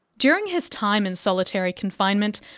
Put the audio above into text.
during his time in solitary confinement,